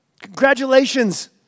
Congratulations